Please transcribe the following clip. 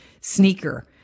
sneaker